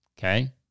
Okay